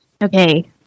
Okay